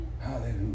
Hallelujah